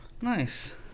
Nice